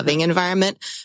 environment